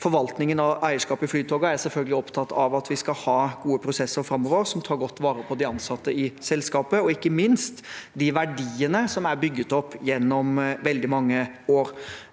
forvaltningen av eierskapet i Flytoget er jeg selvfølgelig opptatt av at vi skal ha gode prosesser framover, som tar godt vare på de ansatte i selskapet og ikke minst de verdiene som er bygget opp gjennom veldig mange år.